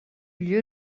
lieu